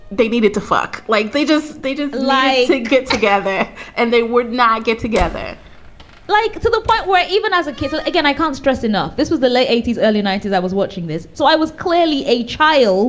they needed to fuck. like they just they didn't like to get together and they would not get together like to the point where even as a kid, so again, i can't stress enough. this was the late eighty s, early ninety s, i was watching this. so i was clearly a child